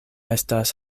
estas